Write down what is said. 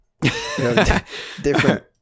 Different